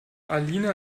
alina